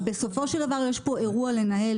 אבל בסופו של דבר יש פה אירוע לנהל,